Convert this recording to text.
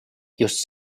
just